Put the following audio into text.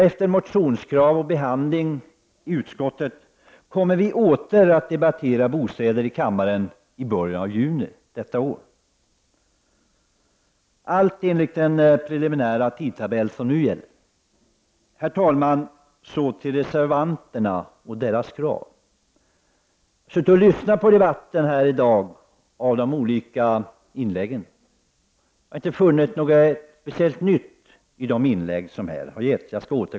Efter motionskrav och behandling i utskottet får vi åter de battera bostäder i kammaren i början av juni — allt enligt den preliminära tidtabell som nu gäller. Så till reservanterna och deras krav. Jag har suttit och lyssnat till debatten här i dag och inte funnit något speciellt nytt.